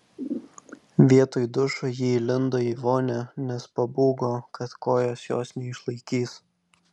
vietoj dušo ji įlindo į vonią nes pabūgo kad kojos jos neišlaikys